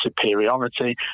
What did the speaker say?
superiority